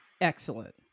excellent